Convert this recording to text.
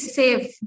safe